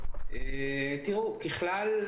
ככלל,